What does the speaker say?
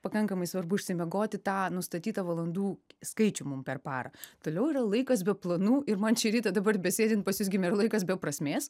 pakankamai svarbu išsimiegoti tą nustatytą valandų skaičium per parą toliau yra laikas be planų ir man šį rytą dabar besėdint pas jus gimė ir laikas be prasmės